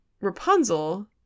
rapunzel